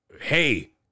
hey